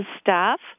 staff